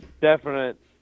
definite –